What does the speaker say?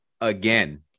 again